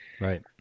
right